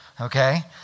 Okay